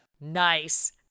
Nice